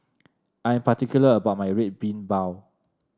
I'm particular about my Red Bean Bao